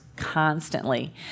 constantly